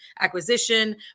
acquisition